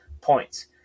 points